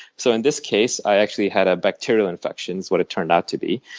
so in this case, i actually had a bacterial infection is what it turned out to be.